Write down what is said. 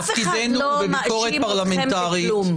אף אחד לא מאשים אתכם בכלום.